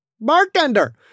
Bartender